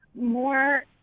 more